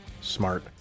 smart